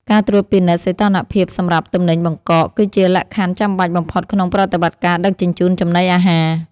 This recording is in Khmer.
ការត្រួតពិនិត្យសីតុណ្ហភាពសម្រាប់ទំនិញបង្កក គឺជាលក្ខខណ្ឌចាំបាច់បំផុតក្នុងប្រតិបត្តិការដឹកជញ្ជូនចំណីអាហារ។